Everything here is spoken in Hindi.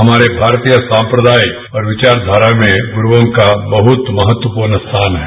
हमारे भारतीय संप्रदाय और विचास्थाता में गुरूओं का बहुत महत्वपूर्ण स्थान है